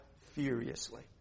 furiously